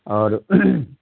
اور